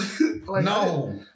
no